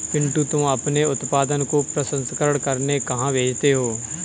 पिंटू तुम अपने उत्पादन को प्रसंस्करण करने कहां भेजते हो?